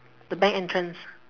the bank entrance